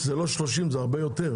זה לא 30 אלא הרבה יותר.